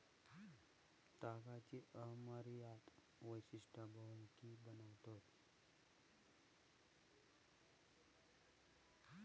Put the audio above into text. तागाची अमर्याद वैशिष्टा बहुमुखी बनवतत